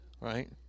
Right